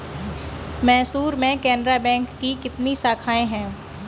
मैसूर में केनरा बैंक की कितनी शाखाएँ है?